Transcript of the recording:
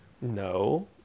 no